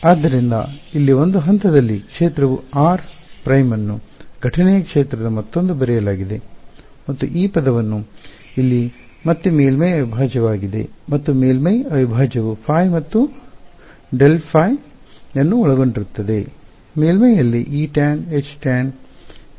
ಆದ್ದರಿಂದ ಇಲ್ಲಿ ಒಂದು ಹಂತದಲ್ಲಿ ಕ್ಷೇತ್ರವು r ಪ್ರೈಮ್ ಅನ್ನು ಘಟನೆಯ ಕ್ಷೇತ್ರದ ಮೊತ್ತವೆಂದು ಬರೆಯಲಾಗಿದೆ ಮತ್ತು ಈ ಪದವನ್ನು ಇಲ್ಲಿ ಮತ್ತೆ ಮೇಲ್ಮೈ ಅವಿಭಾಜ್ಯವಾಗಿದೆ ಮತ್ತು ಮೇಲ್ಮೈ ಅವಿಭಾಜ್ಯವು ϕ ಮತ್ತು ∇ϕ ಅನ್ನು ಒಳಗೊಂಡಿರುತ್ತದೆ ಮೇಲ್ಮೈಯಲ್ಲಿ Etan Htan E tan H tan ಇರುತ್ತದೆ